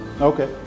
Okay